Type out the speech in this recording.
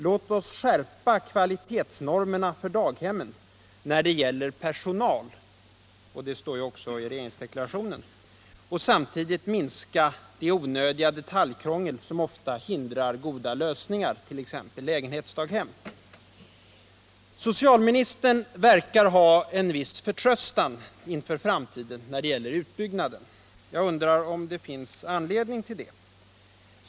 Låt oss skärpa kvalitetsnormerna för daghemmen när det gäller personal — det står ju också i regeringsdeklarationen — och samtidigt minska det onödiga detaljkrångel som ofta hindrar goda lösningar, t.ex. lägenhetsdaghem. Socialministern verkar ha en viss förtröstan inför framtiden när det gäller utbyggnaden. Jag undrar om det finns anledning till det.